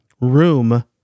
room